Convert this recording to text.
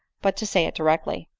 but to say it directly.